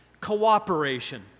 cooperation